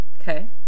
Okay